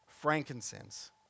frankincense